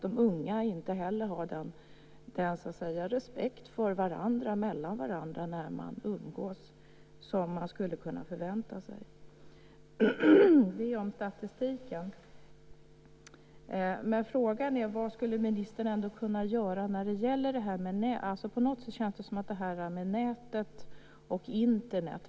Det verkar också som att de unga inte har den respekt för varandra när de umgås som man skulle kunna förvänta sig - så långt statistiken. Frågan är vad ministern skulle kunna göra när det gäller nätet och Internet.